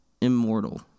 immortal